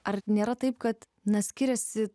ar nėra taip kad na skiriasi